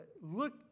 Look